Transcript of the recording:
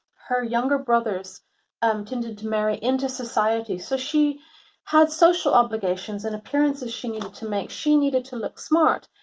her younger brothers um tended to marry into society. so she had social obligations and appearances she needed to make. she needed to look smart.